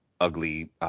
ugly